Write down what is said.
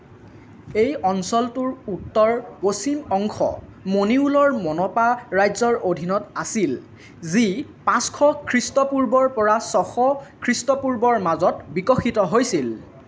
এই অঞ্চলটোৰ উত্তৰ পশ্চিম অংশ মনিউলৰ মনপা ৰাজ্যৰ অধীনত আছিল যি পাঁচশ খৃষ্টপূ ৰ্বৰ পৰা ছশ খৃষ্টপূৰ্বৰ মাজত বিকশিত হৈছিল